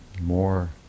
more